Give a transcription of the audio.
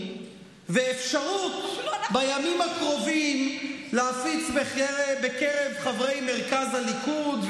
ואפשרות להפיץ בימים הקרובים בקרב חברי מרכז הליכוד,